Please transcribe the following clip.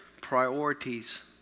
priorities